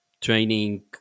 training